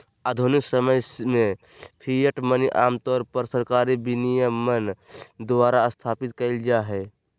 आधुनिक समय में फिएट मनी आमतौर पर सरकारी विनियमन द्वारा स्थापित कइल जा हइ